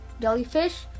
jellyfish